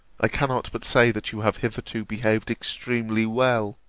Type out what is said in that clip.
i cannot but say that you have hitherto behaved extremely well